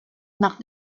nach